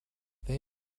they